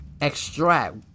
extract